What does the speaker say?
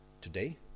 today